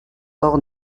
hors